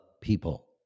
people